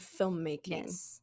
filmmaking